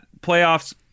playoffs